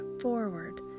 forward